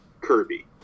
Kirby